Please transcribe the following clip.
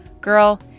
Girl